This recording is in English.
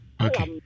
Okay